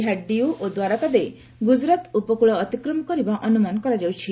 ଏହା ଡିଉ ଓ ଦ୍ୱାରକା ଦେଇ ଗୁଜରାଟ ଉପକୂଳ ଅତିକ୍ରମ କରିବା ଅନୁମାନ କରାଯାଉଛି